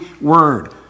word